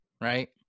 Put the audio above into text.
Right